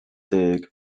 deg